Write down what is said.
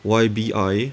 Y B I